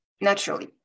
Naturally